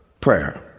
prayer